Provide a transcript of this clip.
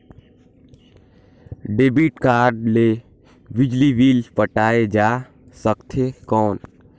Debit card ले बिजली bill पटाय जा सकथे कौन?